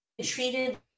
treated